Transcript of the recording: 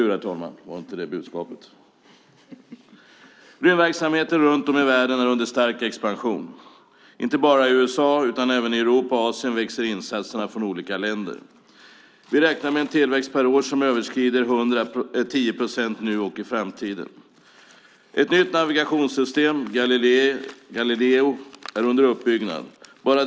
Rymdverksamheten runt om i världen är i stark expansion. Inte bara i USA utan också i Europa och Asien växer insatserna från olika länder. Vi räknar med en tillväxt per år som överskrider 10 procent nu och i framtiden. Ett nytt navigationssystem, Galileo, är under uppbyggnad.